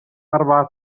أربعة